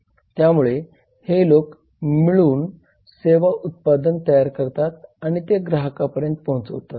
त्यामुळे हे लोक मिळून सेवा उत्पादन तयार करतात आणि ते ग्राहकांपर्यंत पोहोचवतात